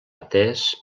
atès